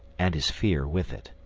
and his fear with it.